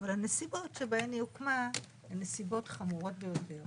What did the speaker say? אבל הנסיבות שבהן היא הוקמה הן חמורות ביותר.